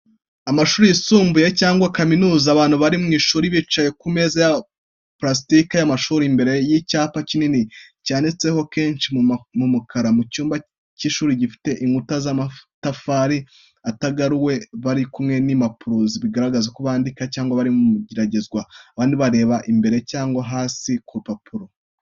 Amashuri yisumbuye cyangwa kaminuza, abantu bari mu ishuri bicaye ku meza ya parasitike y’amashuri, imbere y’icyapa kinini cyanditseho kenshi mu mukara. Mu cyumba cy’ishuri gifite inkuta z’amatafari atagaruwe. Bari kumwe n’impapuro, bigaragara ko bandika cyangwa bari mu igeragezwa, abandi bareba imbere cyangwa hasi ku rupapuro.